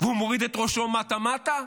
והוא מוריד את ראשו מטה מטה.